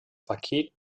paket